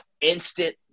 instant